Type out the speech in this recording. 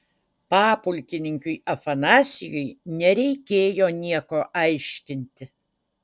papulkininkiui afanasijui nereikėjo nieko aiškinti